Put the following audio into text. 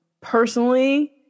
Personally